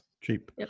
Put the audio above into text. Cheap